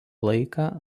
laiką